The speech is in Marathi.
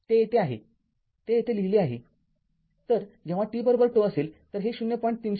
ते येथे आहे ते येथे लिहिले आहे तर जेव्हा t ζ असेल तर हे ०